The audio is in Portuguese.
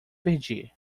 perdi